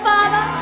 Father